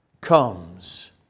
comes